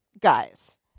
guys